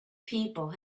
people